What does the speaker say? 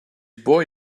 boy